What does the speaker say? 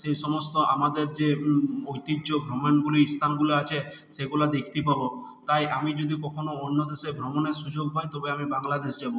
সেই সমস্ত আমাদের যে ঐতিহ্য ভ্রমণগুলি স্থানগুলো আছে সেইগুলো দেখতে পাবো তাই আমি যদি কখনও অন্য দেশে ভ্রমণের সুযোগ পাই তবে আমি বাংলাদেশ যাবো